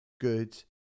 good